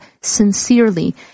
sincerely